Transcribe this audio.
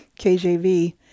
KJV